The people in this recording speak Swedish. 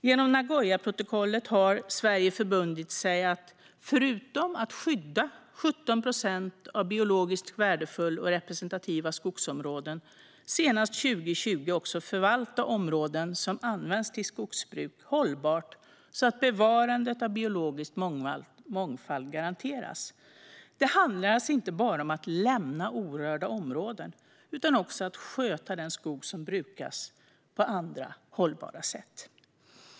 Genom Nagoyaprotokollet har Sverige förbundit sig att förutom att skydda 17 procent av biologiskt värdefulla och representativa skogsområden senast 2020 också förvalta områden som används till hållbart skogsbruk så att bevarandet av biologisk mångfald garanteras. Det handlar alltså inte bara om att lämna orörda områden utan också om att sköta den skog som brukas på andra hållbara sätt.